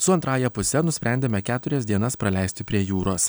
su antrąja puse nusprendėme keturias dienas praleisti prie jūros